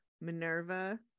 Minerva